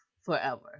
Forever